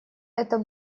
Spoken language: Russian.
это